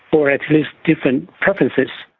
or at least different preferences.